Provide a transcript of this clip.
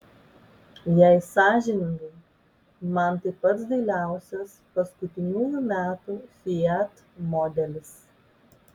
jei sąžiningai man tai pats dailiausias paskutiniųjų metų fiat modelis